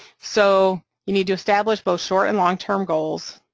so you need to establish both short and long-term goals,